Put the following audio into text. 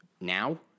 now